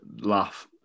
laugh